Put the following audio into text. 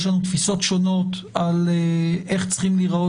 יש לנו תפיסות שונות על איך צריכים להיראות